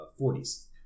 40s